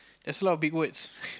there's a lot of big words